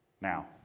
Now